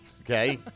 okay